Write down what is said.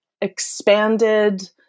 expanded